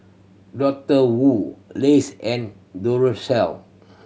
Doctor Wu Lays and Duracell